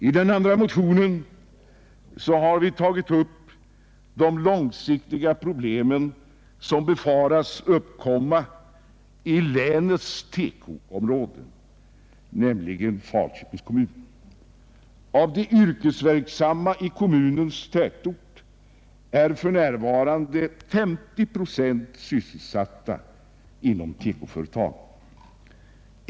I den andra motionen har vi tagit upp de långsiktiga problem som befaras uppkomma i länets TEKO-område, nämligen Falköpings kommun. Av de yrkesverksamma i kommunens tätort är för närvarande 50 procent sysselsatta inom TEKO-företag.